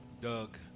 Doug